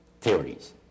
theories